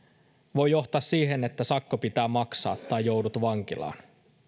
voi johtaa siihen että sakko pitää maksaa tai joudut vankilaan